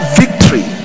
victory